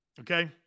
okay